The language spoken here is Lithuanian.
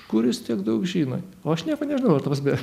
iš kur jis tiek daug žino o aš nieko nežinau irta prasme